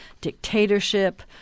dictatorship